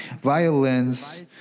violence